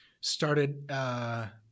started –